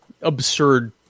absurd